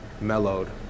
mellowed